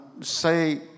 say